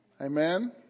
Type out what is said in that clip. amen